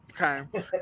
okay